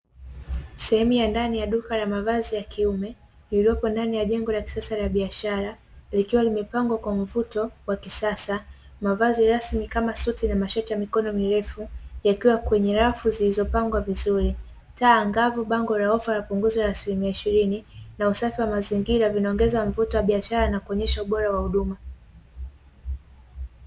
Sehemu ya ndani ya duka la mavazi ya kiume, lililopo ndani ya jengo la kisasa la biashara, likiwa limepangwa kwa mvuto wa kisasa. Mavazi rasmi kama suti na mashati ya mikono mirefu yakiwa kwenye rafu zilizopangwa vizuri. Taa angavu, bango la ofa ya asimilia ishirini, na usafi wa mazingira zinaongeza mvuto wa biashara na kuonyesha ubora wa huduma.